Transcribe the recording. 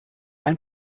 ein